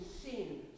sin